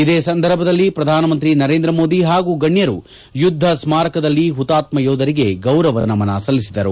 ಇದೇ ಸಂದರ್ಭದಲ್ಲಿ ಪ್ರಧಾನ ಮಂತ್ರಿ ನರೇಂದ್ರ ಮೋದಿ ಹಾಗೂ ಗಣ್ವರು ಯುದ್ದ ಸ್ಮಾರಕದಲ್ಲಿ ಹುತಾತ್ಮ ಯೋಧರಿಗೆ ಗೌರವ ನಮನ ಸಲ್ಲಿಸಿದರು